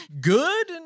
good